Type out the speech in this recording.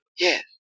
Yes